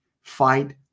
fight